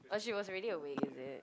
but she was already awake is it